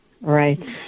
Right